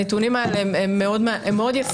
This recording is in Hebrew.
הנתונים האלה הם מאוד יפים.